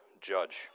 judge